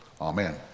Amen